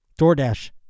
DoorDash